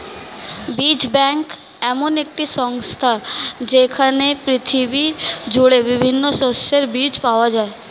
বীজ ব্যাংক এমন একটি সংস্থা যেইখানে পৃথিবী জুড়ে বিভিন্ন শস্যের বীজ পাওয়া যায়